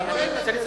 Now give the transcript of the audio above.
אני רוצה לסיים.